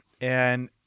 And-